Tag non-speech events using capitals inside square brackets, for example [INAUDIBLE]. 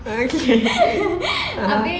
ah okay [LAUGHS] ah